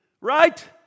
Right